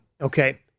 Okay